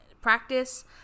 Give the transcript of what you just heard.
practice